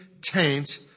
taint